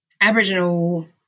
Aboriginal